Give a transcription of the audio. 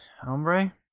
hombre